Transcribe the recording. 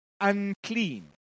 unclean